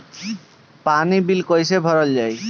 पानी बिल कइसे भरल जाई?